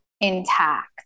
intact